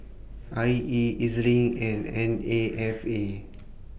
I E E Z LINK and N A F A